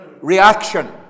reaction